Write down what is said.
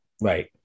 Right